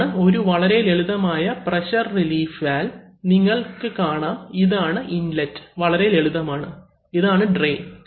ഇതാണ് ഒരു വളരെ ലളിതമായ പ്രഷർ റിലീഫ് വാൽവ് നിങ്ങൾക്ക് കാണാം ഇതാണ് ഇൻലെറ്റ് വളരെ ലളിതമാണ് ഇതാണ് ട്രയിൻ